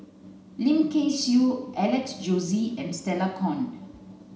Lim Kay Siu Alex Josey and Stella Kon